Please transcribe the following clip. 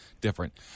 different